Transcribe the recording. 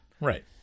Right